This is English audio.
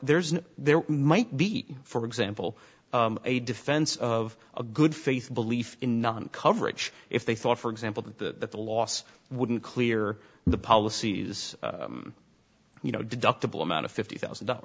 there's no there might be for example a defense of a good faith belief in non coverage if they thought for example that the loss wouldn't clear the policies you know deductible amount of fifty thousand dollars